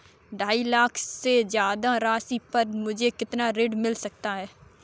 ढाई लाख से ज्यादा राशि पर मुझे कितना ऋण मिल सकता है?